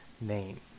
name